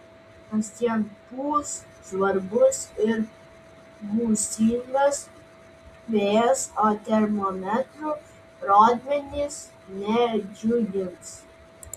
kasdien pūs žvarbus ir gūsingas vėjas o termometrų rodmenys nedžiugins